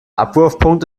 abwurfpunkt